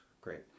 great